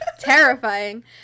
terrifying